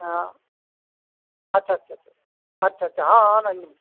हाँ अच्छा अच्छा अच्छा अच्छा अच्छा हाँ हाँ नहीं